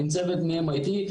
עם צוות מ-MIT,